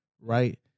right